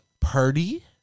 Purdy